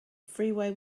freeway